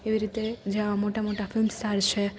એવી રીતે જ્યાં મોટા મોટા ફિલ્મ સ્ટાર છે